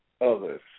others